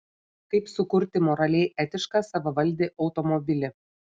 kaip sukurti moraliai etišką savavaldį automobilį